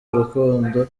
urukundo